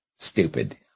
Stupid